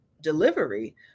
delivery